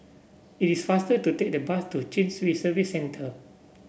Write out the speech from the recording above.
it is faster to take the bus to Chin Swee Service Centre